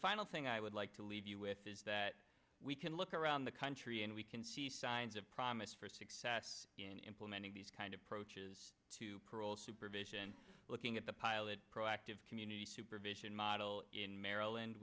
final thing i would like to leave you with is that we can look at in the country and we can see signs of promise for success in implementing these kind of approaches to parole supervision looking at the pilot pro active community supervision model in maryland